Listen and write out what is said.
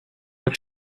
what